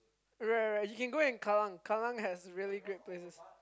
right right right you can go at Kallang Kallang has really great places